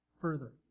further